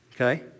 okay